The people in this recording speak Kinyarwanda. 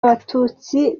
abatutsi